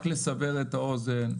רק לסבר את האוזן,